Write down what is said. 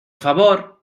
favor